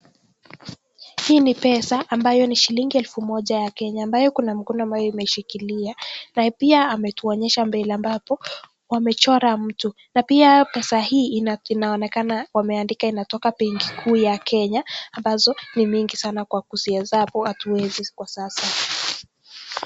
Hii ni pesa ambayo ni shilingi elfu moja ya Kenya, ambayo kuna mkono ambayo imeshikilia na pia ametuonyesha mbele ambapo wamechora mtu. Na pia pesa hii inaonekana wameandika inatoka benki kuu ya Kenya ambazo ni mingi sanaa kwa kuzihesabu hatuwezi kwa sasa.